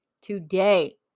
today